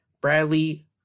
Bradley